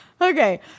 Okay